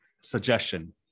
suggestion